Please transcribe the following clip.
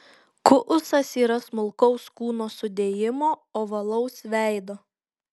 kuusas yra smulkaus kūno sudėjimo ovalaus veido